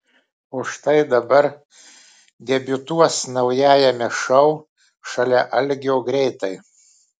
o štai dabar debiutuos naujajame šou šalia algio greitai